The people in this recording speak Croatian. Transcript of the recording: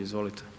Izvolite.